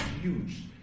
huge